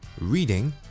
reading